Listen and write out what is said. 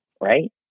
Right